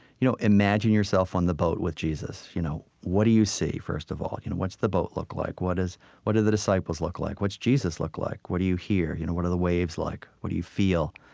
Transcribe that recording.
you know imagine yourself on the boat with jesus. you know what do you see, first of all? you know what's the boat look like? what do the disciples look like? what's jesus look like? what do you hear? you know what are the waves like? what do you feel?